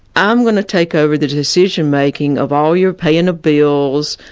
i'm going to take over the decision-making of all your paying of bills,